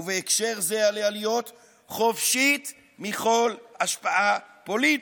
ובהקשר זה עליה להיות חופשית מכל השפעה פוליטית,